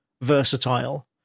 versatile